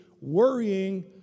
worrying